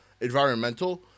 environmental